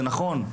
זה נכון,